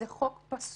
זה חוק פסול,